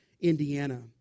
Indiana